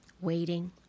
waiting